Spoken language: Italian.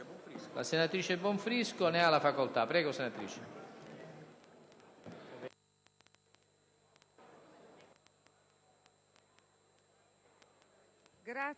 la senatrice Bonfrisco. Ne ha facoltà.